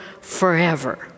forever